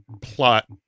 plot